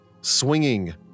swinging